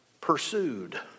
pursued